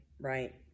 right